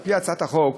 על-פי הצעת החוק,